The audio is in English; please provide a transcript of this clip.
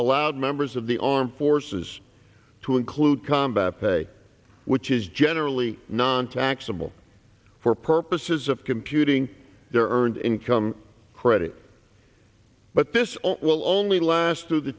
allowed members of the armed forces to include combat pay which is generally nontaxable for purposes of computing their earned income credit but this will only last th